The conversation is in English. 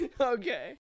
Okay